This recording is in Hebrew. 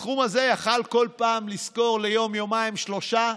בסכום הזה יכול כל פעם לשכור ליום, יומיים, שלושה,